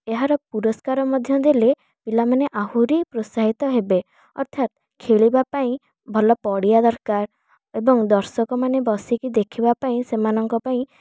ଏହାର ପୁରସ୍କାର ମଧ୍ୟ ଦେଲେ ପିଲାମାନେ ଆହୁରି ପ୍ରାତ୍ସାହିତ ହେବେ ଅର୍ଥାତ ଖେଳିବା ପାଇଁ ଭଲ ପଡ଼ିଆ ଦରକାର ଏବଂ ଦର୍ଶକମାନେ ବସିକି ଦେଖିବା ପାଇଁ ସେମାନଙ୍କ ପାଇଁ